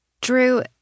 Drew